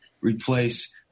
replace